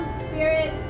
spirit